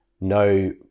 No